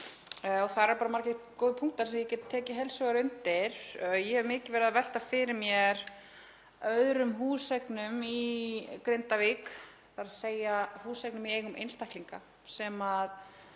Þar eru bara margir góðir punktar sem ég get tekið heils hugar undir. Ég hef mikið verið að velta fyrir mér öðrum húseignum í Grindavík, þ.e. húseignum í eigu einstaklinga sem